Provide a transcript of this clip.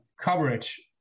coverage